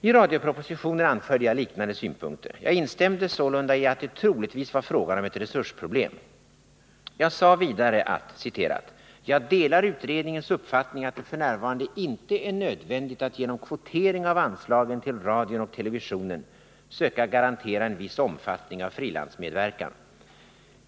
I radiopropositionen anförde jag liknande synpunkter. Jag instämde sålunda i att det troligtvis var frågan om ett resursproblem. Jag sade vidare att ”-—-- jag delar utredningens uppfattning att det f. n. inte är nödvändigt att genom kvotering av anslagen till radion och televisionen söka garantera en viss omfattning av frilansmedverkan.